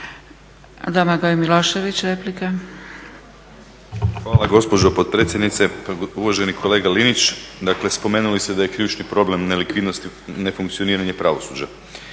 Hvala gospođo potpredsjednice. Uvaženi kolega Linić, dakle spomenuli ste da je ključni problem nelikvidnosti nefunkcioniranje pravosuđa.